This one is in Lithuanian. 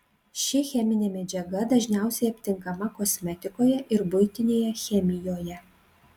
ši cheminė medžiaga dažniausiai aptinkama kosmetikoje ir buitinėje chemijoje